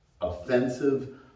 offensive